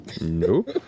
Nope